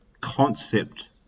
concept